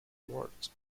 awards